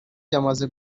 byamaze